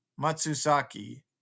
Matsusaki